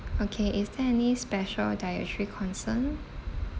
okay is there any special dietary concern